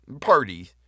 Party